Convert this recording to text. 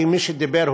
כי מי שדיבר,